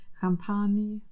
Champagne